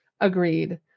Agreed